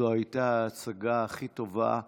זו הייתה ההצגה הכי טובה בעיר.